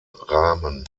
rahmen